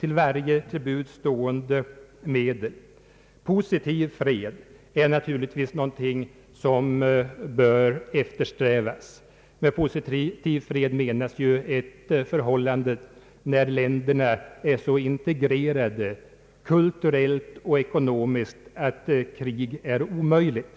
med varje till buds stående medel. Positiv fred är givetvis något som bör eftersträvas. Med positiv fred menas ett förhållande där länderna är så integrerade, kulturellt och ekonomiskt, att krig är omöjligt.